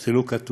זה לא כתוב,